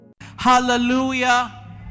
Hallelujah